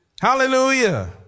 Hallelujah